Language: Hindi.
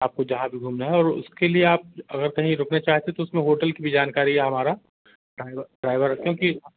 आपको जहाँ भी घूमना है और उसके लिए आप अगर कहीं रुकना चाहते तो उसमें होटल की भी जानकारी है हमारा डाइवर ड्राइवर क्योंकि